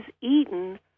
eaten